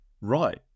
right